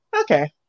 okay